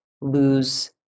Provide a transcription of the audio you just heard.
lose